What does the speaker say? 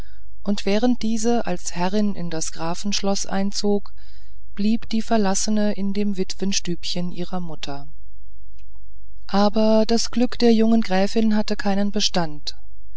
und während diese als herrin in das grafenschloß einzog blieb die verlassene in dem witwenstübchen ihrer mutter aber das glück der jungen gräfin hatte keinen bestand